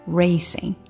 racing 。